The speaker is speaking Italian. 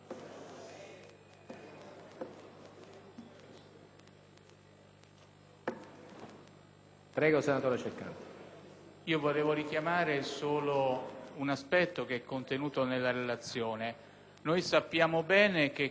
Prego, senatore Ceccanti.